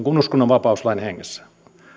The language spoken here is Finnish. kuin uskonnonvapauslain hengessä